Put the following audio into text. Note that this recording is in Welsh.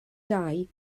dau